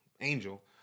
Angel